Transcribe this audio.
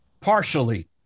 Partially